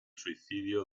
suicidio